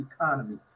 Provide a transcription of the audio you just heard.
economy